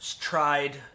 tried